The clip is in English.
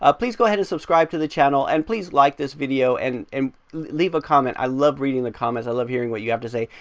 ah please go ahead and subscribe to the channel and please like this video and and leave a comment. i love reading the comments, i love hearing what you have to say,